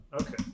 Okay